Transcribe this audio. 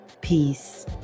Peace